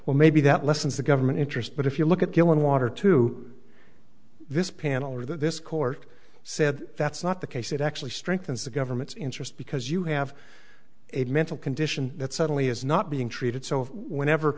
well maybe that lessens the government interest but if you look at killing water to this panel or this court said that's not the case it actually strengthens the government's interest because you have a mental condition that suddenly is not being treated so whenever